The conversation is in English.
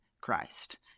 Christ